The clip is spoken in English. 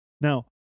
now